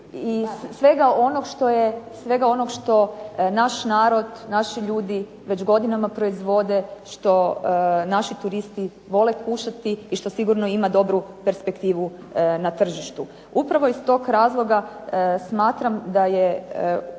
svega onog što naš narod, naši ljudi već godinama proizvode, što naši turisti vole kušati i što sigurno ima dobru perspektivu na tržištu. Upravo iz tog razloga smatram da je